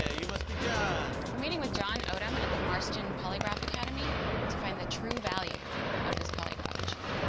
ah you must be john. we're meeting with john odom at the marston polygraph academy to find the true value of this polygraph machine.